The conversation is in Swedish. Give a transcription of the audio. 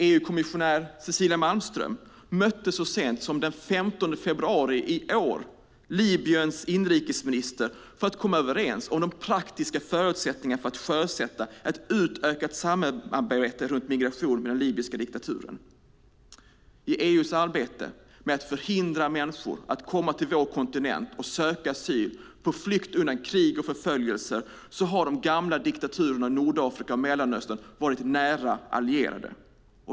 EU-kommissionär Cecilia Malmström mötte så sent som den 15 februari i år Libyens inrikesminister för att komma överens om de praktiska förutsättningarna för att sjösätta ett utökat samarbete runt migration med den libyska diktaturen. I EU:s arbete med att förhindra människor att komma till vår kontinent och söka asyl på flykt undan krig och förföljelser har de gamla diktaturerna i Nordafrika och Mellanöstern varit nära allierade.